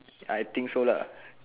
I think so lah